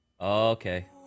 Okay